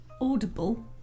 audible